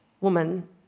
woman